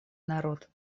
народ